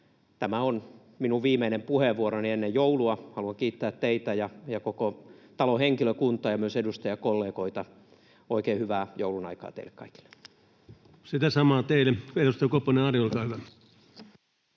tämä on minun viimeinen puheenvuoroni ennen joulua. Haluan kiittää teitä ja koko talon henkilökuntaa ja myös edustajakollegoita. Oikein hyvää joulun aikaa teille kaikille! [Speech 121] Speaker: Ensimmäinen varapuhemies